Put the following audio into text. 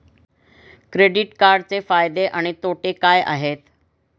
Credit कार्डचे फायदे आणि तोटे काय आहेत?